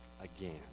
again